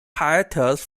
hiatus